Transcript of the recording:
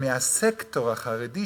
הם מהסקטור החרדי,